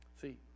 See